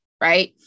right